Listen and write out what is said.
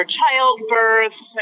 childbirth